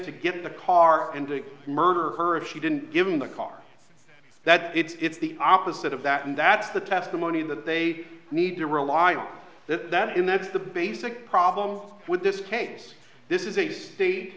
to get in the car and to murder her if she didn't give him the car that it's the opposite of that and that's the testimony that they need to rely on that in that's the basic problem with this case this is a